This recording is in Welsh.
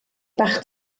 bach